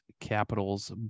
Capitals